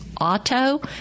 auto